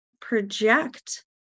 project